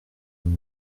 une